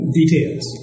details